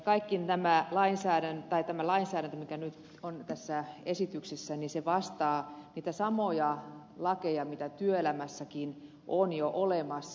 kaikki tämä lainsäädäntö mikä nyt on tässä esityksessä vastaa niitä samoja lakeja mitä työelämässäkin on jo olemassa